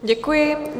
Děkuji.